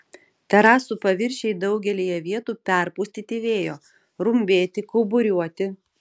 terasų paviršiai daugelyje vietų perpustyti vėjo rumbėti kauburiuoti